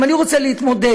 אם אני רוצה להתמודד,